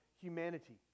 humanity